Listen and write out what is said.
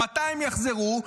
מתי הם יחזרו,